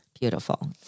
Beautiful